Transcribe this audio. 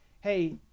hey